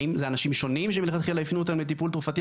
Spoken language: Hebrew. האם זה אנשים שונים שמלכתחילה הפנו אותם לטיפול תרופתי?